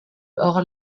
hors